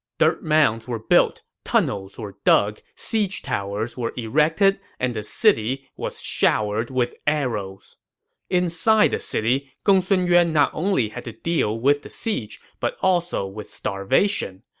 dirt mounds were built, tunnels were dug, siege towers were erected, and the city was showered with arrows inside the city, gongsun yuan not only had to deal with the siege, but also with starvation.